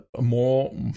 more